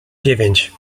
dziewięć